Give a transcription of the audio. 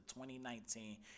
2019